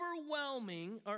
overwhelming